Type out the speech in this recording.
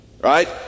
right